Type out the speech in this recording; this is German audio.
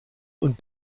und